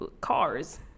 cars